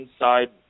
inside